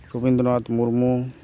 Kobindranath Murmu